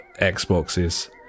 Xboxes